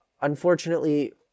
unfortunately